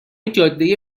جاده